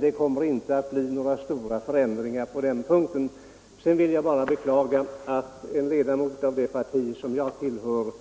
Det kommer inte att bli några stora förändringar på den punkten. Sedan vill jag bara beklaga att en ledamot av det parti som jag tillhör